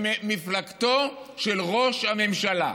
ממפלגתו של ראש הממשלה.